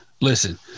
Listen